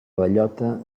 bellota